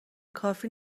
کافی